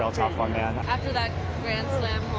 um tough one. yeah after that grand slam